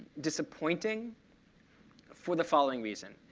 disappointing for the following reason.